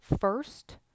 first